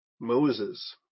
moses